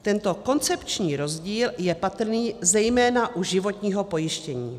Tento koncepční rozdíl je patrný zejména u životního pojištění.